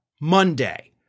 Monday